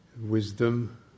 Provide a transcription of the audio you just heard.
wisdom